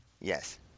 Yes